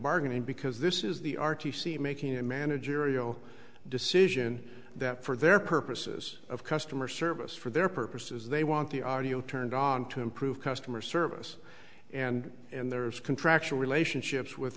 bargain because this is the r t c making a managerial decision that for their purposes of customer service for their purposes they want the audio turned on to improve customer service and and there is contractual relationships with